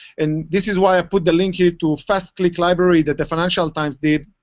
and this is why i put the link here to fast click library that the financial times did,